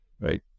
right